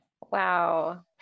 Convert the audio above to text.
Wow